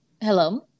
Hello